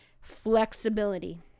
flexibility